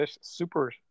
super